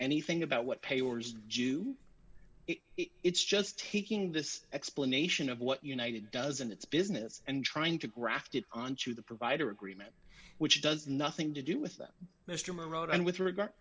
anything about what payers do it's just taking this explanation of what united does and it's business and trying to grafted onto the provider agreement which does nothing to do with that mr murat and with regard